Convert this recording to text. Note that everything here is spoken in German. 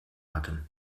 atem